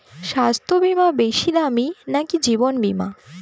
স্বাস্থ্য বীমা বেশী দামী নাকি জীবন বীমা?